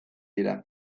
dira